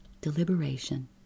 deliberation